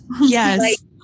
Yes